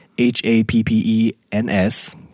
H-A-P-P-E-N-S